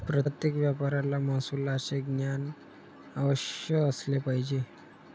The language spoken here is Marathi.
प्रत्येक व्यापाऱ्याला महसुलाचे ज्ञान अवश्य असले पाहिजे